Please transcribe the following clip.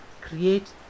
create